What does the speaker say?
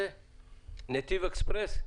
נתיב אקספרס.